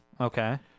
Okay